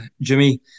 Jimmy